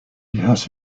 has